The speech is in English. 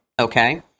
okay